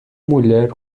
mulher